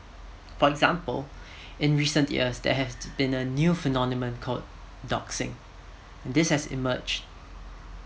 for example in recent years that have been a new phenomenon called doxing and this has emerged